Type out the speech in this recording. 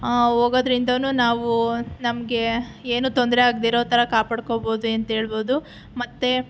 ಹೋಗೋದರಿಂದನೂ ನಾವು ನಮಗೆ ಏನೂ ತೊಂದರೆ ಆಗ್ದಿರೋ ಥರ ಕಾಪಾಡ್ಕೊಬೋದು ಅಂತ ಹೇಳ್ಬೋದು ಮತ್ತೆ